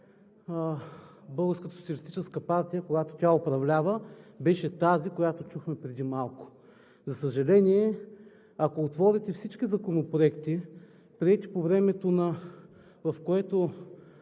Българската социалистическа партия, когато тя управляваше, беше тази, която чухме преди малко. За съжаление, ако отворите всички законопроекти, приети по времето, в което